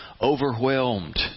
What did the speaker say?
overwhelmed